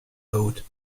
owed